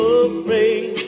afraid